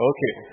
Okay